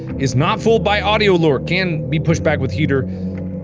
is not fooled by audio lure can be pushed back with heater.